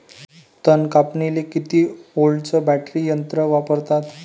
तन कापनीले किती व्होल्टचं बॅटरी यंत्र वापरतात?